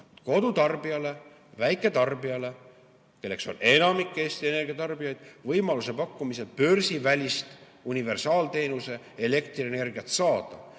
kodutarbijale, väiketarbijale, kes on enamik Eesti energiatarbijaid, võimaluse pakkumises saada börsivälist universaalteenuse elektrienergiat.